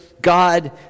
God